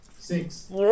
Six